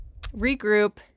Regroup